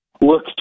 look